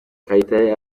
kayitare